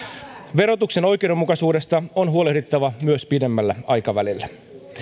verotuksen oikeudenmukaisuudesta on huolehdittava myös pidemmällä aikavälillä